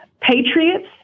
patriots